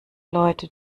leute